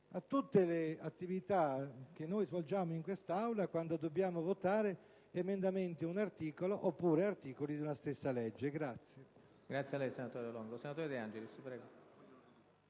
a tutte le attività che svolgiamo in questa Aula quando dobbiamo votare emendamenti ad un articolo oppure articoli della stessa legge. [DE